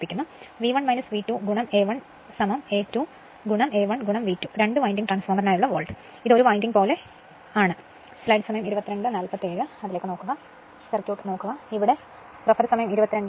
അതിനാൽ V 1 V 2 I 1 I 2 I 1 V 2 രണ്ട് winding ട്രാൻസ്ഫോർമറിനായുള്ള വോൾട്ട് ഇത് ഒരു വിൻഡിംഗ് പോലെ ഇതുപോലെ പോയാൽ ഇത് ഒരു വിൻഡിംഗ് ആണ്